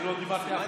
אני לא אמרתי אף